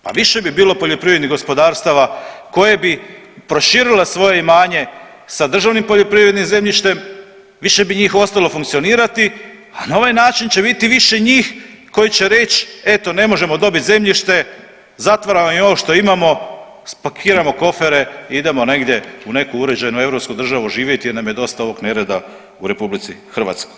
Pa više bi bilo poljoprivrednih gospodarstava koji bi proširili svoje imanje sa državnim poljoprivrednim zemljištem, više bi njih ostalo funkcionirati, a na ovaj način će biti više njih koji će reć eto ne možemo dobit zemljište, zatvaramo ovo što imamo, spakiramo kofere i idemo negdje u neku uređenu europsku državu živjeti jer nam je dosta ovog nereda u RH.